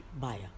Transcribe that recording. buyer